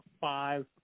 five